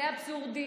זה אבסורדי,